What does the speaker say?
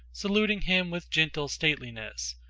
saluting him with gentle stateliness,